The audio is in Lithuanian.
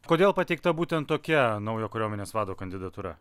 kodėl pateikta būtent tokia naujo kariuomenės vado kandidatūra